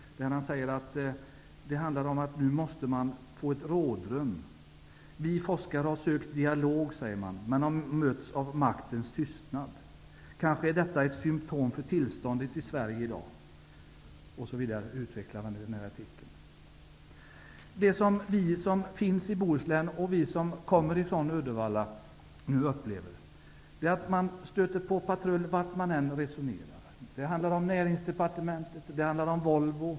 Han menar att det nu måste skapas ett rådrum. Forskarna har sökt en dialog men har mötts av maktens tystnad. Kanske är det ett symptom för tillståndet i Sverige i dag osv. Vi som kommer från Bohuslän, och vi som bor i Uddevalla, upplever att man stöter på patrull hur man än resonerar. Det gäller Näringsdepartementet och Volvo.